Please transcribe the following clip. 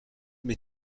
mais